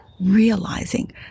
realizing